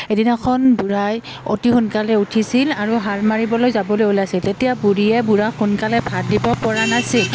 এদিনাখন বুঢ়াই অতি সোনকালে উঠিছিল আৰু হাল মাৰিবলৈ যাবলৈ ওলাইছিল তেতিয়া বুঢ়ীয়ে বুঢ়াক সোনকালে ভাত দিব পৰা নাছিল